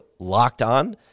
LOCKEDON